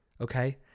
okay